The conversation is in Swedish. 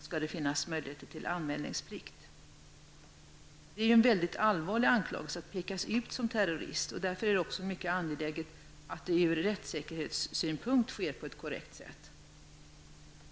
skall det finnas möjlighet till anmälningsplikt. Det är en väldigt allvarlig anklagelse att peka ut någon som terrorist. Därför är det också mycket angeläget att det ur rättssäkerhetssynpunkt sker på ett korrekt sätt.